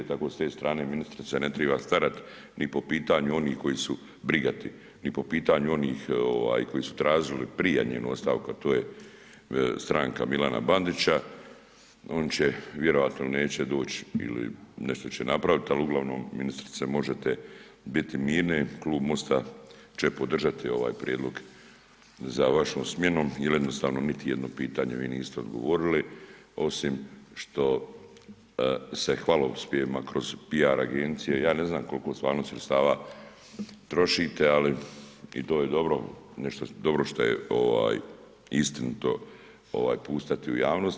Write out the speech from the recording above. Tako s te strane ministrica se ne triba starat ni po pitanju onih koji su brigati, ni po pitanju onih koji su tražili prije njenu ostavku, a to je stranka Milana Bandića on vjerojatno neće doći ili nešto će napraviti, ali uglavnom ministrice možete biti mirni, klub MOST-a će podržati ovaj prijedlog za vašom smjenom jel jednostavno niti jedno pitanje vi niste ogovorili osim što se hvalospjevima kroz PR agencije, ja ne znam koliko stvarno sredstava trošite, ali i to je dobro nešto dobro što je istinito pustati u javnost.